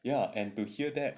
ya and to hear that